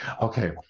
Okay